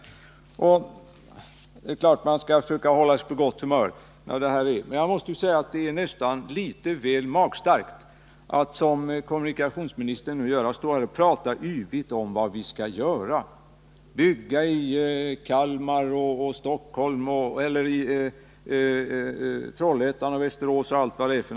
Det är klart att man skall försöka hålla sig på gott humör. Men jag måste säga att det är nästan väl magstarkt att, såsom kommunikationsministern nu gör, stå här och prata yvigt om vad vi skall göra, t.ex. bygga i Kalmar och Trollhättan och Västerås — yvigt, yvigt.